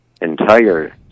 entire